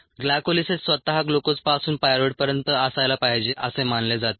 glycolysis स्वतः ग्लुकोजपासून pyruvate पर्यंत असायला पाहिजे असे मानले जाते